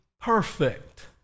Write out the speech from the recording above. perfect